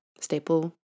staple